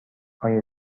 آیا